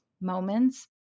moments